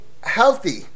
healthy